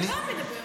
זה רם מדבר.